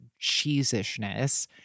cheesishness